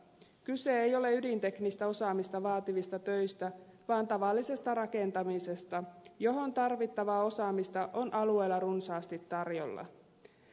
kyse ei ole ydinteknistä osaamista vaativista töistä vaan tavallisesta rakentamisesta johon tarvittavaa osaamista on alueella runsaasti tarjolla